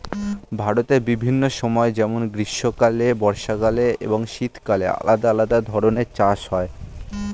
ভারতের বিভিন্ন সময় যেমন গ্রীষ্মকালে, বর্ষাকালে এবং শীতকালে আলাদা আলাদা ধরনের চাষ হয়